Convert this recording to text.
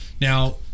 Now